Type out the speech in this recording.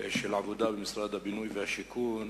של עבודה במשרד הבינוי והשיכון,